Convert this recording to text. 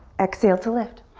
exhale to lift.